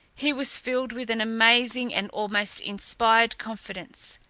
he was filled with an amazing and almost inspired confidence.